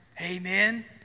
Amen